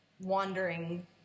wandering